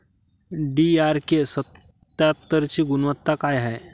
DRK सत्यात्तरची गुनवत्ता काय हाय?